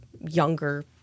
younger